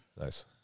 Nice